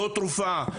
לא תרופה,